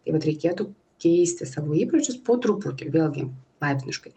tai vat reikėtų keisti savo įpročius po truputį vėlgi laipsniškai